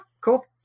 Cool